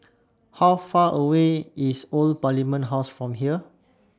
How Far away IS Old Parliament House from here